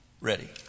ready